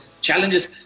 challenges